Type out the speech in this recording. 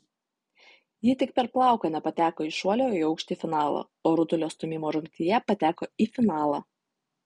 ji tik per plauką nepateko į šuolio į aukštį finalą o rutulio stūmimo rungtyje pateko į finalą